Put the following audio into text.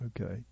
okay